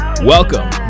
Welcome